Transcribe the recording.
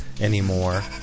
anymore